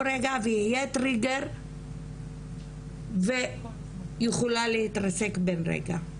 רגע ויהיה טריגר והיא יכולה להתרסק בין רגע.